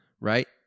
right